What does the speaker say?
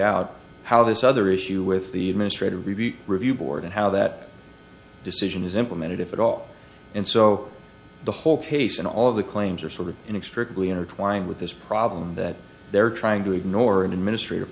out how this other issue with the administrative review review board and how that decision is implemented if at all and so the whole case and all of the claims are sort of inextricably intertwined with this problem that they're trying to ignore an administr